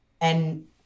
and-